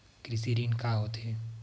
कृषि ऋण का होथे?